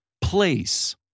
place